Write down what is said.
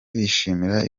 bishimira